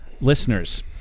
listeners